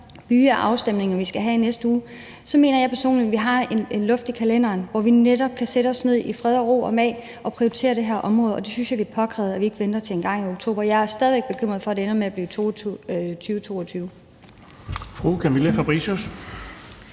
byge af afstemninger, vi skal have i næste uge, at vi kan sætte os ned i fred og ro og mag og prioritere det her område, og jeg synes, det er påkrævet, at vi ikke venter med det til engang i oktober. Jeg er stadig bekymret for, at det ender med at blive 2022.